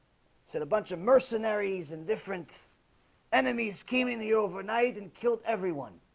said a bunch of mercenaries and different enemies scheming the overnight and killed everyone